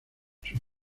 sus